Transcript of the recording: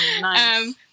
nice